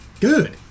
Good